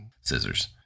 scissors